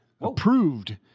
approved